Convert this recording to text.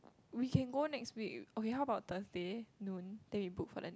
we can go next week okay how about Thursday noon then we book for them